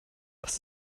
was